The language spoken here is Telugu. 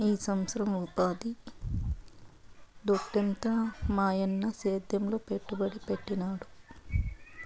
ఈ సంవత్సరం ఉపాధి దొడ్డెంత మాయన్న సేద్యంలో పెట్టుబడి పెట్టినాడు